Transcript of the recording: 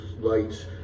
lights